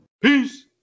Peace